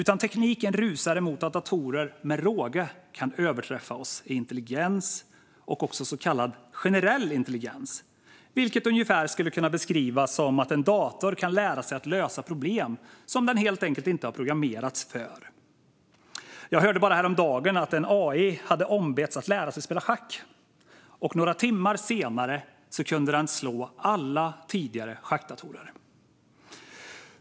Tekniken rusar mot att datorer med råge kan överträffa oss i intelligens och också i så kallad generell intelligens. Det skulle ungefär kunna beskrivas som att en dator kan lära sig att lösa problem som den helt enkelt inte har programmerats för. Jag hörde bara häromdagen att en AI hade ombetts att lära sig att spela schack. Några timmar senare kunde den slå alla tidigare schackdatorer.